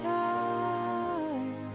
time